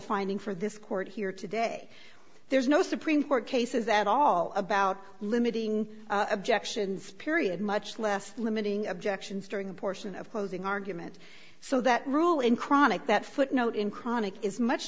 finding for this court here today there's no supreme court cases at all about limiting objections period much less limiting objections during a portion of closing argument so that rule in chronic that footnote in chronic is much